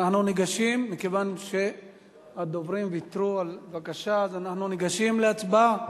מכיוון שהדוברים ויתרו אנחנו ניגשים להצבעה.